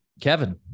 Kevin